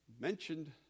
mentioned